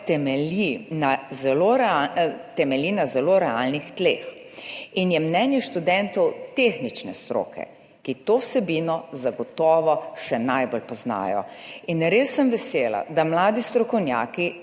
temelji na zelo realnih tleh, in je mnenje študentov tehnične stroke, ki to vsebino zagotovo še najbolj poznajo. Res sem vesela, da mladi strokovnjaki